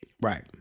right